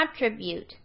attribute